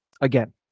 again